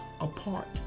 apart